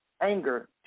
anger